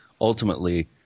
ultimately